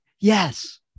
Yes